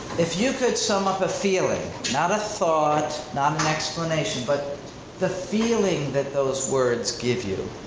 if you could sum up a feeling, not a thought, not an explanation, but the feeling that those words give you.